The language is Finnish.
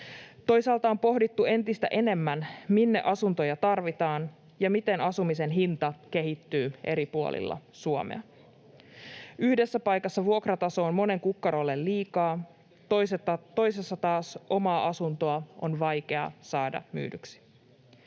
Toisaalta on pohdittu entistä enemmän, minne asuntoja tarvitaan ja miten asumisen hinta kehittyy eri puolilla Suomea. Yhdessä paikassa vuokrataso on monen kukkarolle liikaa, toisessa taas omaa asuntoa on vaikea saada myydyksi.